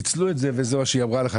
ניצלו את זה וזה מה שהיא אמרה לך,